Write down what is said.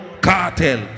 cartel